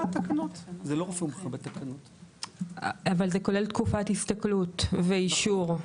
אבל זה כולל תקופת הסתגלות ואישור,